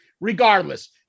regardless